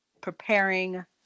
preparing